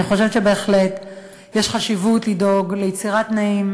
אני חושבת שיש חשיבות לדאוג ליצירת תנאים